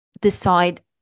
decide